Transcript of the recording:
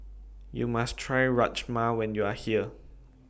YOU must Try Rajma when YOU Are here